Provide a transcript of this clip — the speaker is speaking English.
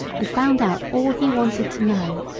and found out all he wanted to know.